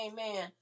Amen